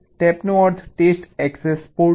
ટેપનો અર્થ test access port છે